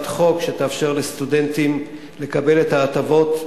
חוק שתאפשר לסטודנטים לקבל את ההטבות,